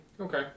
Okay